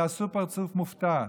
תעשו פרצוף מופתע,